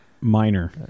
minor